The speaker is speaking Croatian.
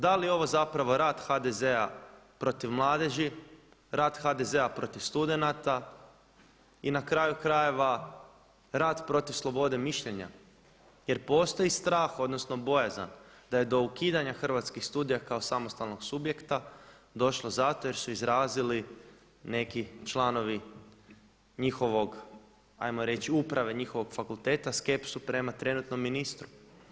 Da li je ovo zapravo rat HDZ-a protiv mladeži, rat HDZ-a protiv studenata i na kraju krajeva rat protiv slobode mišljenja, jer postoji strah odnosno bojazan da je do ukidanja Hrvatskih studija kao samostalnog subjekta došlo zato jer su izrazili neki članovi njihovog hajmo reći uprave njihovog fakulteta skepsu prema trenutnom ministru.